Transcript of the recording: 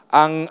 ang